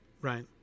right